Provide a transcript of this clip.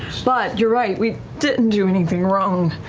so but, you're right, we didn't do anything wrong.